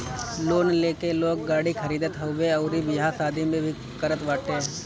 loan लेके लोग गाड़ी खरीदत हवे अउरी बियाह शादी भी करत बाटे